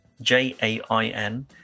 J-A-I-N